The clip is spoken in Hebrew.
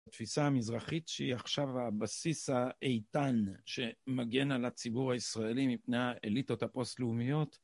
התפיסה המזרחית שהיא עכשיו הבסיס האיתן שמגן על הציבור הישראלי מפני האליטות הפוסט-לאומיות